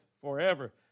forever